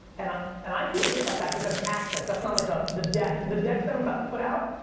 and ah and i'd feel good about that cause that's access. that's not like ah the deck the deck that i'm about to put out,